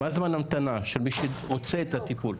מה זמן המתנה של מי שרוצה את הטיפול?